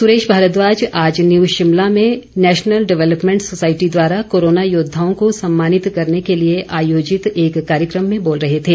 सुरेश भारद्वाज आज न्यू शिमला में national development society द्वारा कोरोना योद्वाओं को सम्मानित करने के लिए आयोजित एक कार्यकम में बोल रहे थे